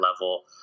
level